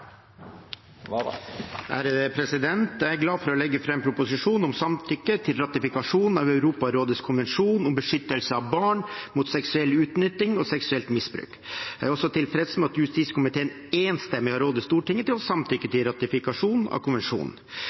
Jeg er glad for å legge fram proposisjonen om samtykke til ratifikasjon av Europarådets konvensjon om beskyttelse av barn mot seksuell utnytting og seksuelt misbruk. Jeg er også tilfreds med at justiskomiteen enstemmig har rådet Stortinget til å samtykke til ratifikasjon av konvensjonen.